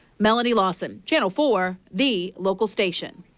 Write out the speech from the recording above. melanie lawson, channel four the local station.